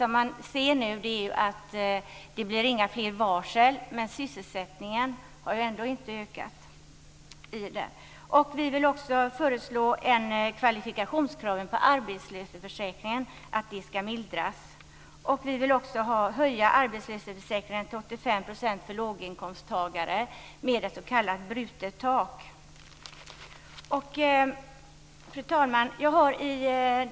Man ser att det inte blir några fler varsel, men sysselsättningen har ändå inte ökat. Vi föreslår även att kvalifikationskraven i arbetslöshetsförsäkringen skall mildras. Vi vill också höja arbetslöshetsförsäkringen till 85 % för låginkomsttagare med ett s.k. brutet tak.